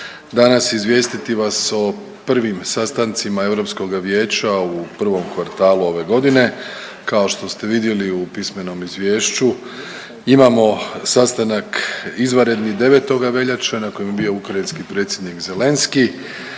danas izvijestiti vas o prvim sastancima Europskoga vijeća u prvom kvartalu ove godine. Kao što ste vidjeli u pismenom izvješću imamo sastanak izvanredni 9. veljače na kojem je bio ukrajinski predsjednik Zelenski,